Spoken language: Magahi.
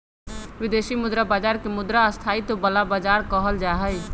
विदेशी मुद्रा बाजार के मुद्रा स्थायित्व वाला बाजार कहल जाहई